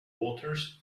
waters